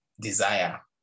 desire